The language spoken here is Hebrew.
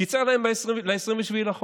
הוא קיצר להם ל-27 בחודש.